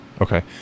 okay